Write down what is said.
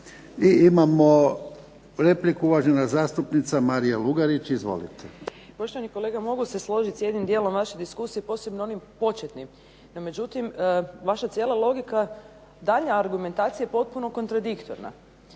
I imamo repliku uvažena zastupnica Marija Lugarić. Izvolite. **Lugarić, Marija (SDP)** Poštovani kolega, mogu se složiti s jednim dijelom vaše diskusije, posebno onim početnim. No međutim, vaša cijela logika dalje argumentacije potpuno kontradiktorna.